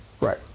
Right